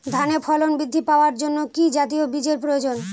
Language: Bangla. ধানে ফলন বৃদ্ধি পাওয়ার জন্য কি জাতীয় বীজের প্রয়োজন?